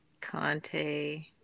Conte